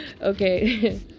Okay